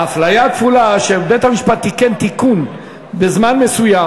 האפליה הכפולה היא שבית-המשפט תיקן תיקון בזמן מסוים.